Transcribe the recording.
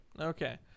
Okay